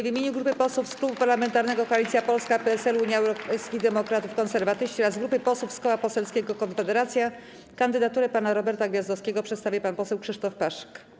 W imieniu grupy posłów z Klubu Parlamentarnego Koalicja Polska - PSL, Unia Europejskich Demokratów, Konserwatyści oraz grupy posłów z Koła Poselskiego Konfederacja kandydaturę pana Roberta Gwiazdowskiego przedstawi pan poseł Krzysztof Paszyk.